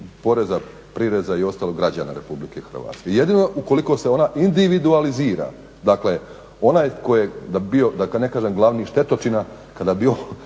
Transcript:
poreza, prireza i ostalog građana RH. Jedino ukoliko se ona individualizira, dakle onaj tko je bio, da ne kažem, glavni štetočina, kada bi